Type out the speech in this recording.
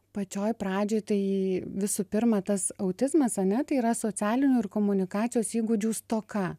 pačioje pradžioj tai visų pirma tas autizmas ane tai yra socialinių ir komunikacijos įgūdžių stoka